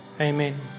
Amen